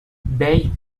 bell